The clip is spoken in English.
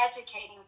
educating